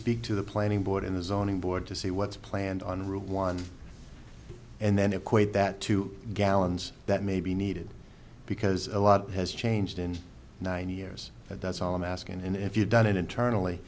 speak to the planning board in the zoning board to see what's planned on route one and then equate that to gallons that may be needed because a lot has changed in nine years but that's all i'm asking and if you've done it internally